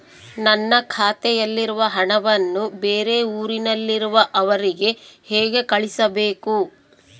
ನನ್ನ ಖಾತೆಯಲ್ಲಿರುವ ಹಣವನ್ನು ಬೇರೆ ಊರಿನಲ್ಲಿರುವ ಅವರಿಗೆ ಹೇಗೆ ಕಳಿಸಬೇಕು?